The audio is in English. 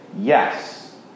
Yes